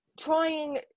trying